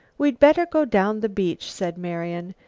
we'd better go down the beach, said marian.